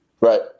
Right